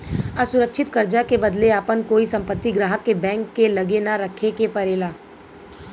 असुरक्षित कर्जा के बदले आपन कोई संपत्ति ग्राहक के बैंक के लगे ना रखे के परेला